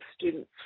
students